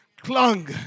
clung